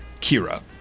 Kira